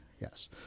Yes